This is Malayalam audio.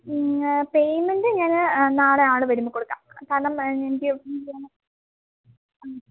പിന്നെ പേയ്മെൻ്റ് ഞാൻ നാളെ ആൾ വരുമ്പോൾ കൊടുക്കാം കാരണം എനിക്ക്